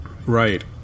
Right